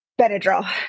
Benadryl